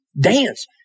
dance